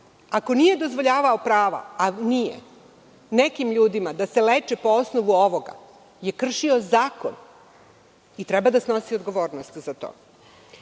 ako nije dozvoljavao prava, a nije, nekim ljudima da se leče po osnovu ovoga je kršio zakon i treba da snosi odgovornost za